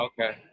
okay